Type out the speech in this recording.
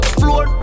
floor